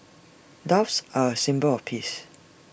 doves are A symbol of peace